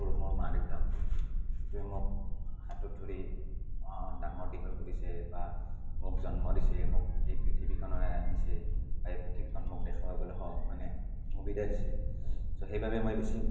কৰোঁ মোৰ মা দেউতাক যে মোক হাতত ধৰি ডাঙৰ দীঘল কৰিছে বা মোক জন্ম দিছে মোক এই পৃথিৱীখনলৈ আনিছে এই পৃথিৱীখন মোক দেখুৱাবলৈ স মানে সুবিধা দিছে ছ' সেইবাবে মই বেছি